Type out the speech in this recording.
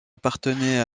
appartenait